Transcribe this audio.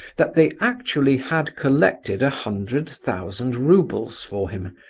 that they actually had collected a hundred thousand roubles for him,